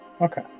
Okay